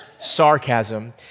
sarcasm